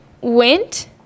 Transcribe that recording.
went